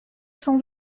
sans